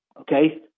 Okay